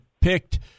picked